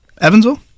Evansville